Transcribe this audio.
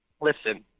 Listen